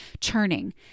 churning